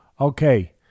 Okay